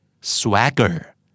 Swagger